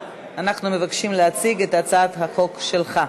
אנחנו מבקשים להציג את הצעת החוק שלך.